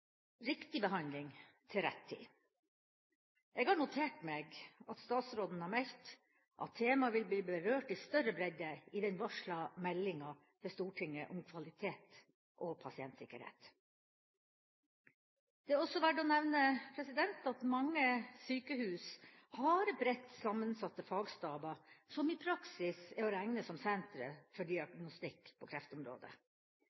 riktig behandling til rett tid. Jeg har notert meg at statsråden har meldt at temaet vil bli berørt i større bredde i den varsla meldinga til Stortinget om kvalitet og pasientsikkerhet. Det er også verd å nevne at mange sykehus har bredt sammensatte fagstaber som i praksis er å regne som sentre for